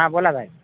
हां बोला भाई